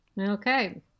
Okay